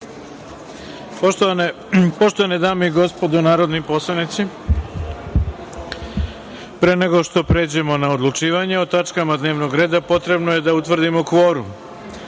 Poštovane dame i gospodo narodni poslanici, pre nego što pređemo na odlučivanje o tačkama dnevnog reda, potrebno je da utvrdimo